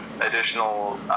additional